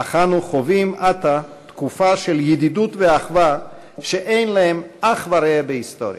אך אנו חווים עתה תקופה של ידידות ואחווה שאין לה אח ורע בהיסטוריה.